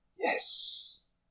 Yes